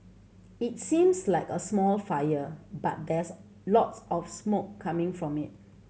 it seems like a small fire but there's lots of smoke coming from it